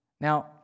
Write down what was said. Now